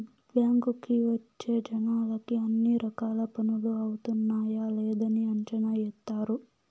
బ్యాంకుకి వచ్చే జనాలకి అన్ని రకాల పనులు అవుతున్నాయా లేదని అంచనా ఏత్తారు